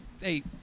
Hey